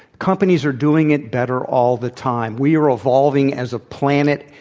companies are doing it better all the time. we are evolving as a planet,